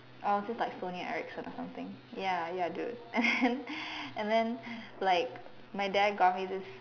I was just like Sony Ericsson or something ya ya dude and then and then like my dad got me this